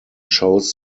shows